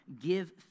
give